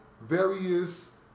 various